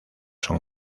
son